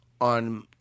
on